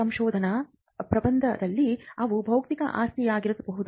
ಸಂಶೋಧನಾ ಪ್ರಬಂಧದಲ್ಲಿ ಅವು ಬೌದ್ಧಿಕ ಆಸ್ತಿಯಾಗಿರಬಹುದು